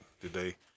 today